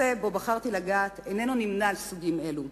הנושא שבחרתי לגעת בו איננו נמנה עם נושאים אלה.